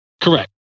Correct